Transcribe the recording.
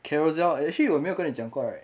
carousell actually 我有没有跟你讲过 right